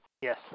Yes